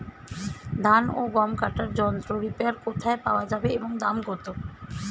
ধান ও গম কাটার যন্ত্র রিপার কোথায় পাওয়া যাবে এবং দাম কত?